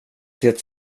det